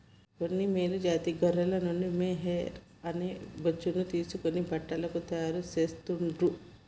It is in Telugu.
కొన్ని మేలు జాతి గొర్రెల నుండి మొహైయిర్ అనే బొచ్చును తీసి బట్టలను తాయారు చెస్తాండ్లు